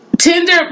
Tinder